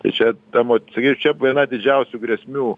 tai čia tam vat ir čia viena didžiausių grėsmių